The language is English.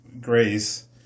grace